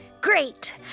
great